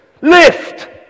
Lift